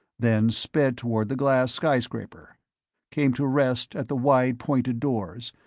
then sped toward the glass skyscraper came to rest at the wide pointed doors,